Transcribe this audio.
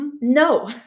no